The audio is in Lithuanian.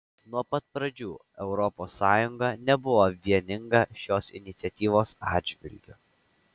nuo pat pradžių europos sąjunga nebuvo vieninga šios iniciatyvos atžvilgiu